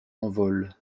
envol